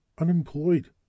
Unemployed